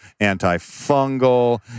antifungal